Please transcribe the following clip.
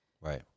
Right